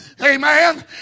amen